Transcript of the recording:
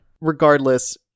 Regardless